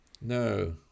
No